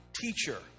teacher